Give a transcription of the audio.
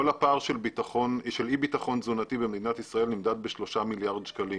כל הפער של אי ביטחון תזונתי במדינת ישראל נמדד בשלושה מיליארד שקלים.